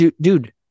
dude